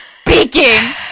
speaking